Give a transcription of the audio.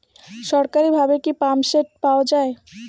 সরকারিভাবে কি পাম্পসেট পাওয়া যায়?